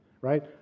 right